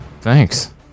thanks